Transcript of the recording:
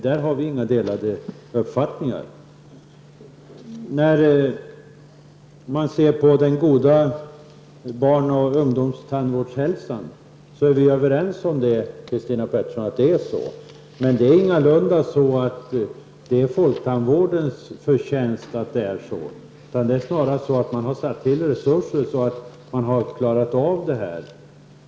Där har vi inga delade uppfattningar. Att barns och ungdomars tandhälsa är god är vi överens om, Christina Pettersson. Men det är ingalunda folktandvårdens förtjänst att det är så, utan det beror snarast på att man har satt till resurser för att komma dithän.